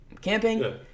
camping